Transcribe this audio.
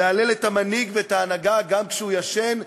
להלל את המנהיג ואת ההנהגה גם כשהוא ישן,